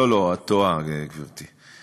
לא לא, את טועה, גברתי.